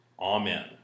Amen